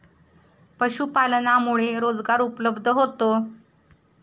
पशुपालनामुळे रोजगार उपलब्ध होतो